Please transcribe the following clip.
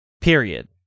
period